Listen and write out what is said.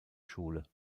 schule